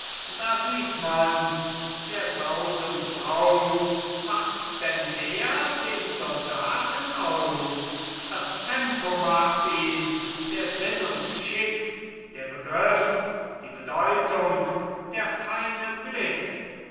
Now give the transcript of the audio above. da sieht mans der saus und braus macht denn der den soldaten aus das tempo macht ihn der sinn und schick der begriff die bedeutung der feine blick